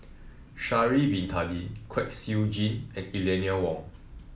Sha'ari Bin Tadin Kwek Siew Jin and Eleanor Wong